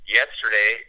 yesterday